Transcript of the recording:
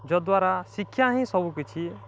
ଯଦ୍ୱାରା ଶିକ୍ଷା ହିଁ ସବୁ କିଛି